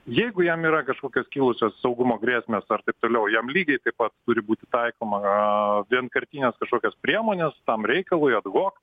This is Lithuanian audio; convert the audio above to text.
jeigu jam yra kažkokios kilusios saugumo grėsmės ar taip toliau jam lygiai taip pat turi būti taikoma vienkartinės kažkokios priemonės tam reikalui ad hoc